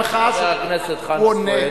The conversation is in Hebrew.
חבר הכנסת חנא סוייד,